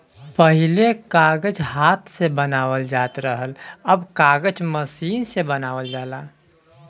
पहिले कागज हाथ से बनावल जात रहल, अब कागज मसीन से बनावल जाला